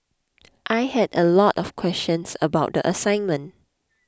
I had a lot of questions about the assignment